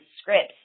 scripts